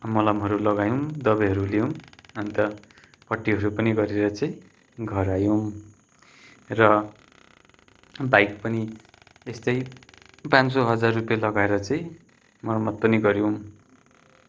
मलमहरू लगायौँ दबाईहरू लियौँ अन्त पट्टीहरू पनि गरेर चाहिँ घर आयौँ र बाइक पनि यस्तै पाँच सय हजार रुपियाँ लगाएर चाहिँ मरमत पनि गऱ्यौँ